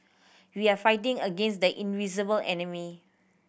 we are fighting against the invisible enemy